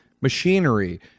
machinery